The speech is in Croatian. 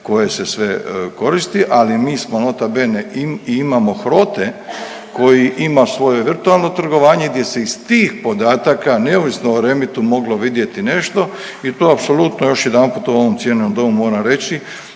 koje se sve koristi, ali mi smo nota bene i imamo HROTE koji ima svoje virtualno trgovanje gdje se iz tih podataka neovisno o REMIT-u moglo vidjeti nešto i to apsolutno još jedanput u ovom cijenjenom Domu moram reći